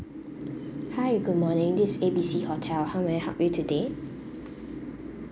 hi good morning this is A B C hotel how may I help you today